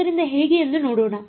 ಆದ್ದರಿಂದ ಹೇಗೆ ಎಂದು ನೋಡೋಣ